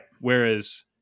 Whereas